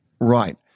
Right